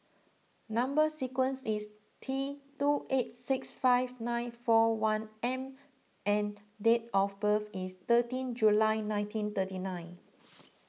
Number Sequence is T two eight six five nine four one M and date of birth is thirteen July nineteen thirty nine